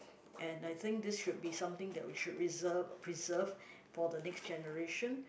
and I think this should be something that we should reserve preserve for the next generation